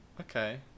Okay